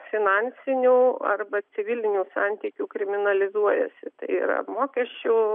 finansinių arba civilinių santykių kriminalizuojasi tai yra mokesčių